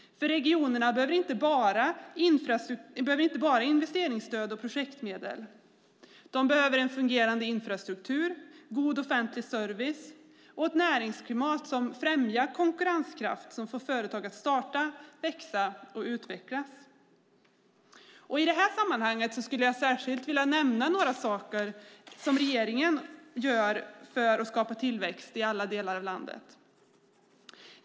Regionerna behöver inte bara investeringsstöd och projektmedel. De behöver en fungerande infrastruktur, god offentlig service och ett näringsklimat som främjar konkurrenskraft, som får företag att starta, växa och utvecklas. I det här sammanhanget skulle jag särskilt vilja nämna några av de saker som regeringen gör för att skapa tillväxt i alla delar av landet.